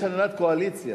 יש הנהלת קואליציה.